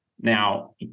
Now